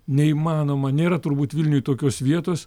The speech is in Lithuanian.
neįmanoma nėra turbūt vilniuj tokios vietos